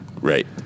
Right